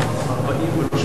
לא.